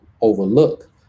overlook